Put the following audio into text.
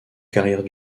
carrière